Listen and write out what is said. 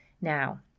Now